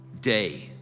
day